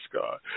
God